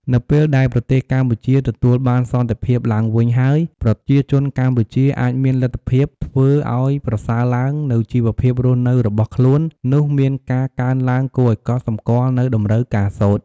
នៅពេលដែលប្រទេសកម្ពុជា ទទួលបានសន្តិភាពឡើងវិញហើយ ប្រជាជនកម្ពុជាអាចមានលទ្ធភាពធ្វើអោយប្រសើរឡើង នូវជីវភាពរស់នៅរបស់ខ្លួននោះមានការកើនឡើងគួរឱ្យកត់សម្គាល់នូវតម្រូវការសូត្រ។